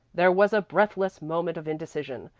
there was a breathless moment of indecision.